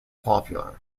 popular